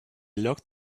locked